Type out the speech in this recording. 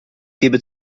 gebe